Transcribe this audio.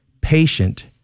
patient